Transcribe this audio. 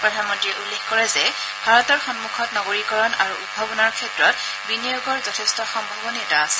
প্ৰধানমন্ত্ৰীয়ে উল্লেখ কৰে যে ভাৰতৰ সন্মুখত নগৰীকৰণ আৰু উদ্ভাৱনৰ ক্ষেত্ৰত বিনিয়োগৰ যথেষ্ট সম্ভাৱনীয়তা আছে